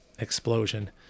Explosion